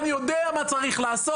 אני יודע מה צריך לעשות.